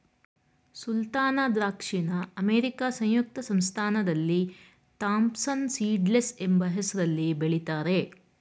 ಸುಲ್ತಾನ ದ್ರಾಕ್ಷಿನ ಅಮೇರಿಕಾ ಸಂಯುಕ್ತ ಸಂಸ್ಥಾನದಲ್ಲಿ ಥಾಂಪ್ಸನ್ ಸೀಡ್ಲೆಸ್ ಎಂಬ ಹೆಸ್ರಲ್ಲಿ ಬೆಳಿತಾರೆ